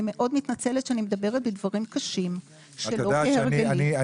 אני מאוד מתנצלת שאני מדברת בדברים קשים שלא כהרגלי.